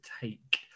take